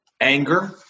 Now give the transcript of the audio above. anger